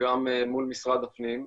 גם מול משרד הפנים.